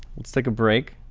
let's take a break,